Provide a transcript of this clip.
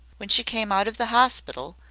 when she came out of the hospital,